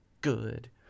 Good